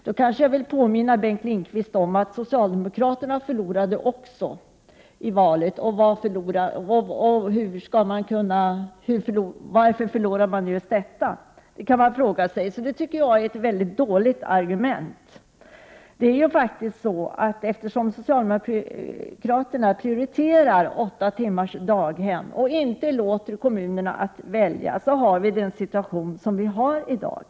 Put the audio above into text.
Då vill jag påminna Bengt Lindqvist om att också socialdemokraterna förlorade röster i valet, och man kan fråga sig varför. Således är detta ett mycket dåligt argument. Eftersom socialdemokraterna inte låter kommunerna välja utan i stället prioriterar daghem där barnen vistas åtta timmar har vi den situation vi i dag har.